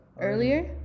earlier